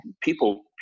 people